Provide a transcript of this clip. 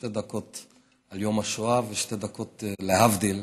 שתי דקות על יום השואה ושתי דקות, להבדיל,